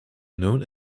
known